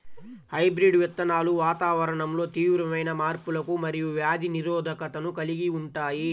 hybrid విత్తనాలు వాతావరణంలో తీవ్రమైన మార్పులకు మరియు వ్యాధి నిరోధకతను కలిగి ఉంటాయి